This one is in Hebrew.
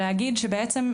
(הצגת מצגת) ולהגיד שבעצם,